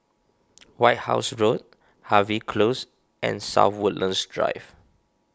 White House Road Harvey Close and South Woodlands Drive